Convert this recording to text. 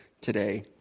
today